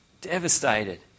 Devastated